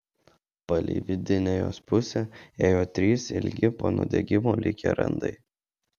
palei vidinę jos pusę ėjo trys ilgi po nudegimo likę randai